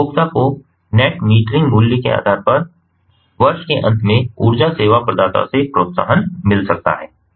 उपभोक्ता को net metering मूल्य के आधार पर वर्ष के अंत में ऊर्जा सेवा प्रदाता से प्रोत्साहन मिल सकता है